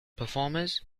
performers